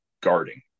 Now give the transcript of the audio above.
guarding